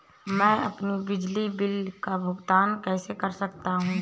मैं अपने बिजली बिल का भुगतान कैसे कर सकता हूँ?